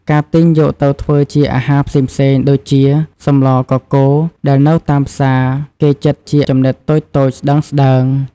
ការទិញយកទៅធ្វើជាអាហារផ្សេងៗ ដូចជា សម្លកកូរ ដែលនៅតាមផ្សារ គេចិតជាចំណិតតូចៗ ស្តើងៗ។